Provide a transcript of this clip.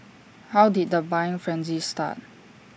how did the buying frenzy start